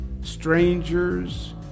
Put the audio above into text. strangers